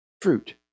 fruit